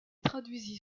traduisit